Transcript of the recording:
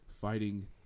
fighting